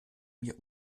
mir